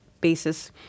basis